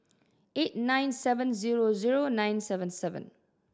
eight nine seven zero zeo nine seven seven